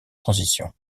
transition